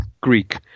Greek